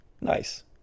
Nice